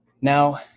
Now